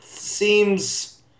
seems